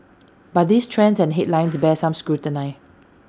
but these trends and headlines bear some scrutiny